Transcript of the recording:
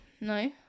no